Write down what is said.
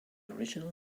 original